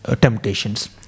temptations